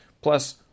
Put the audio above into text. Plus